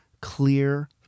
clear